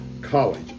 college